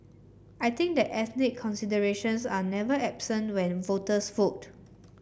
I think that ethnic considerations are never absent when voters vote